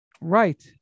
Right